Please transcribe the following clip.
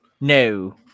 No